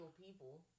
people